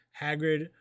Hagrid